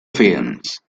films